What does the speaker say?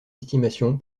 estimation